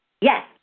Yes